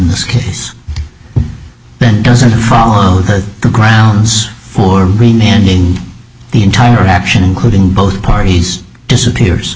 this case then doesn't follow the grounds for the entire action including both parties disappears